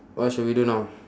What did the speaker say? what should we do now